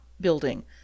building